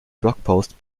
blogpost